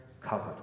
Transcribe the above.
covered